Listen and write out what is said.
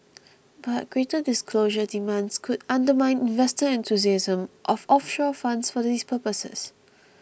but greater disclosure demands could undermine investor enthusiasm of offshore funds for these purposes